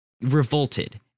revolted